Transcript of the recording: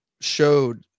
showed